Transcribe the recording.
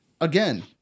Again